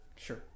Sure